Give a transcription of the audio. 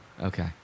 Okay